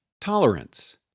Tolerance